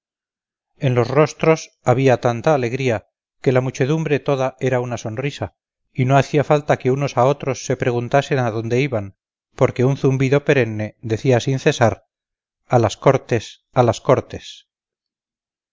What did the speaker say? en los rostros había tanta alegría que la muchedumbre toda era una sonrisa y no hacía falta que unos a otros se preguntasen a dónde iban porque un zumbido perenne decía sin cesar a las cortes a las cortes